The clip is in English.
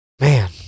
Man